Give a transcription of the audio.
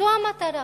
זו המטרה.